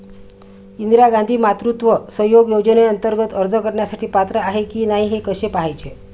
इंदिरा गांधी मातृत्व सहयोग योजनेअंतर्गत अर्ज करण्यासाठी पात्र आहे की नाही हे कसे पाहायचे?